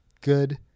good